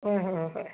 হয় হয় হয়